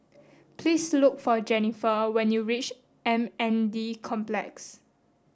please look for Jenifer when you reach M N D Complex